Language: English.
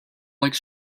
like